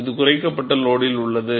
இது குறைக்கப்பட்ட லோடில் உள்ளது